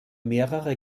mehrere